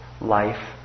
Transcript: life